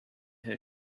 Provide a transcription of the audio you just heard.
her